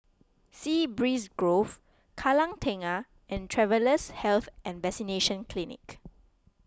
Sea Breeze Grove Kallang Tengah and Travellers' Health and Vaccination Clinic